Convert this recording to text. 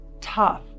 tough